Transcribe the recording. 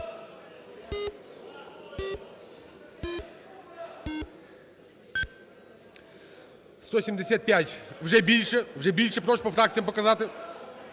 175. Вже більше. Вже більше. Прошу по фракціям показати